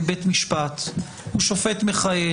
הוא שופט מכהן,